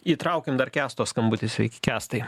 įtraukiam dar kęsto skambutį sveiki kęstai